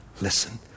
Listen